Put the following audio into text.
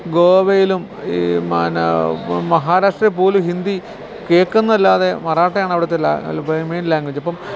ഗോവയിലും ഈ മഹാരാഷ്ട്രയില് പോലും ഹിന്ദി കേള്ക്കുന്നതല്ലാതെ മറാട്ടയാണ് അവിടുത്തെ മെയിൻ ലാങ്ങുവേജ് ഇപ്പം